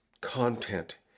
content